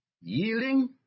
yielding